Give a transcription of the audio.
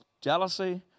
jealousy